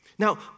Now